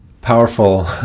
powerful